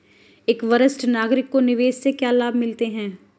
एक वरिष्ठ नागरिक को निवेश से क्या लाभ मिलते हैं?